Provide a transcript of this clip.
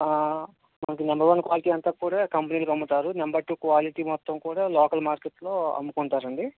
మనకి number one quality అంత కూడా కంపెనీలకి అమ్ముతారు నెంబర్ టు క్వాలిటీ మొత్తం కూడా లోకల్ మార్కెట్లో అమ్ముకుంటారండి